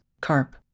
CARP